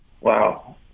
Wow